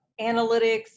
analytics